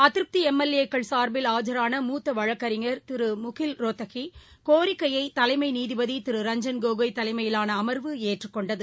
அதிருப்திஎம்எல்ஏக்கள் சார்பில் ஆஜரான மூத்தவழக்கறிஞர் திருமுகுல் ரோத்தகியின் கோரிக்கையைதலைமைநீதிபதிதிரு ரஞ்சன் கோகோய் தலைமையிலானஅமர்வு ஏற்றுக் கொண்டது